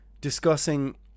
discussing